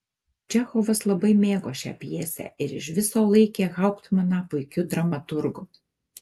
čechovas labai mėgo šią pjesę ir iš viso laikė hauptmaną puikiu dramaturgu